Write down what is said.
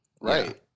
right